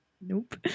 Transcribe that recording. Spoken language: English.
nope